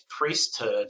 priesthood